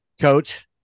coach